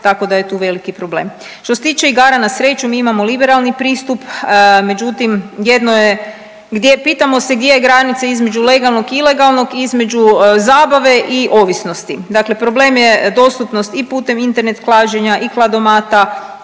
tako da je tu veliki problem. Što se tiče igara na sreću mi imamo liberalni pristup, međutim jedno je gdje, pitamo se gdje je granica između legalnog i ilegalnog, između zabave i ovisnosti, dakle problem je dostupnost i putem Internet klađenja i kladomata,